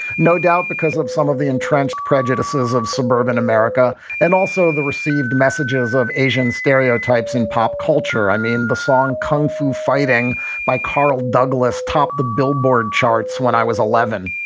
no doubt because of some of the entrenched prejudices of suburban america and also the received messages of asian stereotypes in pop culture. i mean, the song kung fu fighting by carl douglas topped the billboard charts when i was eleven.